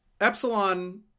Epsilon